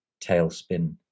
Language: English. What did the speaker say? tailspin